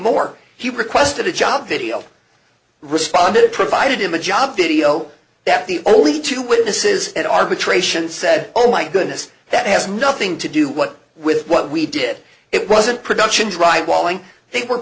more he requested a job video responded provided him a job video that the only two witnesses and arbitration said oh my goodness that has nothing to do what with what we did it wasn't production drywalling they were